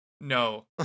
No